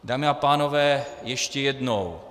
Dámy a pánové, ještě jednou.